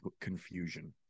confusion